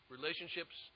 Relationships